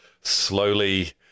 slowly